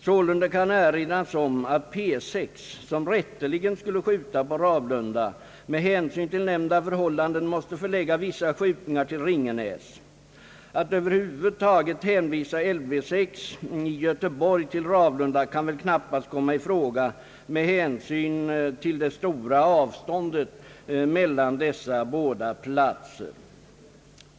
Sålunda kan erinras om att P 6, som rätteligen skall skjuta på Ravlunda, med hänsyn till nämnda förhållanden måst förlägga vissa skjutningar till Ringenäs. Att över huvud taget hänvisa Lv 6 i Göteborg till Ravlunda kan väl knappast komma i fråga med hänsyn till det stora avståndet mellan dessa båda platser.